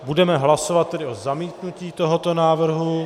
Budeme hlasovat o zamítnutí tohoto návrhu.